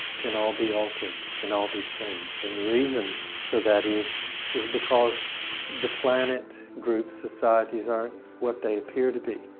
can all be altered, can all be changed and the reason for that is is because the planet, group's, societies aren't what they appear to be.